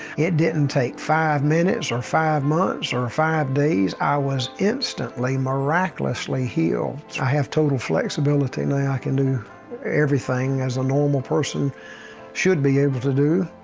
it didn't take five minutes or five months or five days. i was instantly, miraculously, healed. i have total flexibility. and now ah i can do everything as a normal person should be able to do.